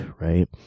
right